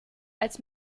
als